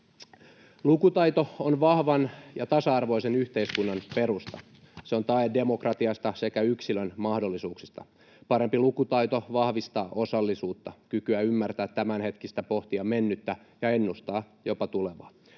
Lukutaito on vahvan ja tasa-arvoisen yhteiskunnan perusta. Se on tae demokratiasta sekä yksilön mahdollisuuksista. Parempi lukutaito vahvistaa osallisuutta ja kykyä ymmärtää tämänhetkistä, pohtia mennyttä ja ennustaa jopa tulevaa.